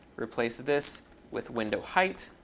replace this with window height.